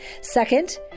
Second